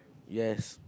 yes